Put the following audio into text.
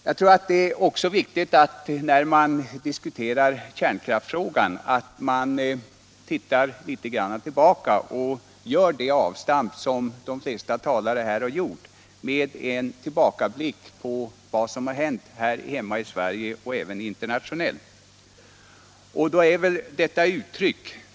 När man diskuterar kärnkraftsfrågan bör man nog också - som de flesta talare gjort här — göra avstampen med en tillbakablick på vad som hänt här hemma i Sverige och även internationellt.